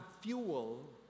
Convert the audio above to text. fuel